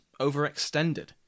overextended